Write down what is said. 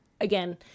again